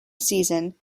season